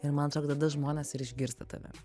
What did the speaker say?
ir man atrodo tada žmonės išgirsta tave